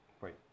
right